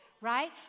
right